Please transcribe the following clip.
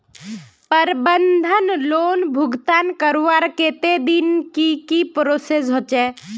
प्रबंधन लोन भुगतान करवार तने की की प्रोसेस होचे?